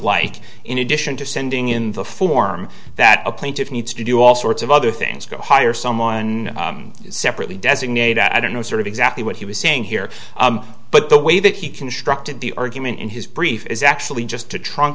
like in addition to sending in the form that a plaintiff needs to do all sorts of other things go hire someone separately designate i don't know sort of exactly what he was saying here but the way that he constructed the argument in his brief is actually just